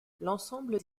l’ensemble